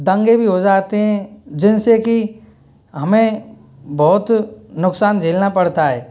दंगे भी हो जाते हैं जिनसे कि हमें बहुत नुकसान झेलना पड़ता है